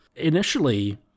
Initially